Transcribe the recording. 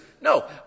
No